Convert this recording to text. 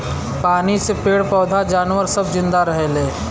पानी से पेड़ पौधा जानवर सब जिन्दा रहेले